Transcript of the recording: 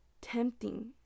tempting